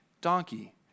donkey